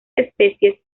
especies